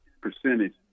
percentage